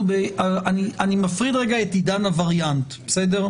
אני מפריד רגע את עניין הווריאנט, בסדר?